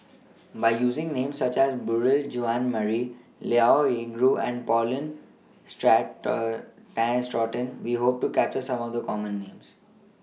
By using Names such as Beurel Jean Marie Liao Yingru and Paulin Straughan Tay Straughan We Hope to capture Some of The Common Names